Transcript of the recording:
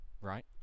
right